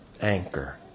anchor